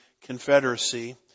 confederacy